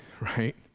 right